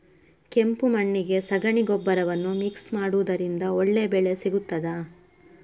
ಕೆಂಪು ಮಣ್ಣಿಗೆ ಸಗಣಿ ಗೊಬ್ಬರವನ್ನು ಮಿಕ್ಸ್ ಮಾಡುವುದರಿಂದ ಒಳ್ಳೆ ಬೆಳೆ ಸಿಗುತ್ತದಾ?